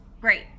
Great